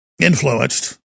influenced